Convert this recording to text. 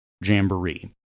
Jamboree